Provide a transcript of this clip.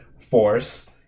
force